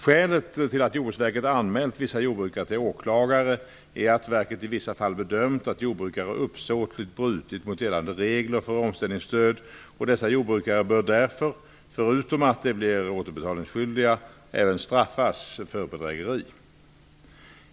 Skälet till att Jordbruksverket anmält vissa jordbrukare till åklagare är att verket i vissa fall bedömt att jordbrukare uppsåtligt brutit mot gällande regler för omställningsstöd, och dessa jordbrukare bör därför, förutom att de blir återbetalningsskyldiga, även straffas för bedrägeri.